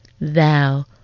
Thou